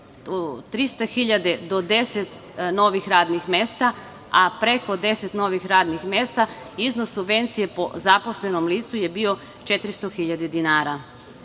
300.000 do deset novih radnih mesta, a preko deset novih radnih mesta iznos subvencije po zaposlenom licu je bio 400.000 dinara. Ovo